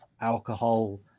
alcohol